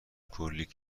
کلی